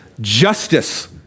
justice